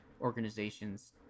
organizations